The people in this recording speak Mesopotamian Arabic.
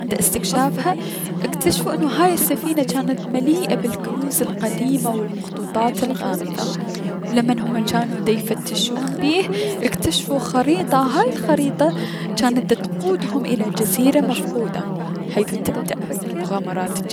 عند اكتشافها، اكتشفو انو هاي السفينة جانت مليئة بالكنوز القديمة و المخطوطات الغامظة، و لمن هم جانوا ديفتشون بيه اكتشفو خريطة هاي الخريطة جانت دتقودهم الى جزيرة مفقودة حيث تبدأ المغامرات الجديدة.